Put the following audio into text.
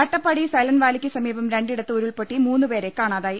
Attappadi silent വാലിയ്ക്ക് സമീപം രണ്ടിടത്ത് ഉരുൾപൊട്ടി മൂന്നുപേരെ കാണാതായി